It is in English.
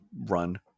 run